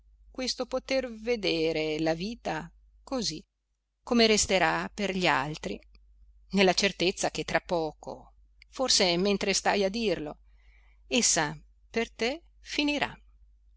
questo poter vedere la vita così come resterà per gli altri nella certezza che tra poco forse mentre stai a dirlo essa per te finirà